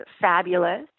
fabulous